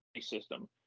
system